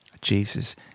Jesus